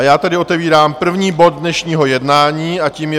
Já tedy otevírám první bod dnešního jednání a tím je